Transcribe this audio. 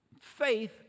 Faith